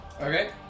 Okay